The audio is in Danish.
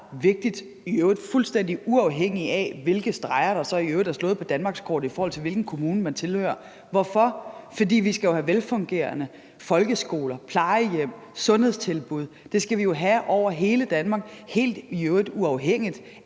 er det fuldstændig uafhængigt af, hvilke streger der så i øvrigt er slået på danmarkskortet, i forhold til hvilken kommune man tilhører. Hvorfor? Fordi vi jo skal have velfungerende folkeskoler, plejehjem, sundhedstilbud, og det skal vi have over hele Danmark, i øvrigt helt uafhængigt af